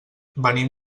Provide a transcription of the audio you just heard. venim